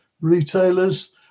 retailers